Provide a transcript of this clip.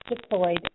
deployed